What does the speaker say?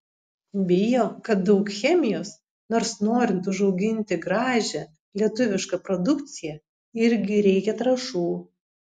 bijo kad daug chemijos nors norint užauginti gražią lietuvišką produkciją irgi reikia trąšų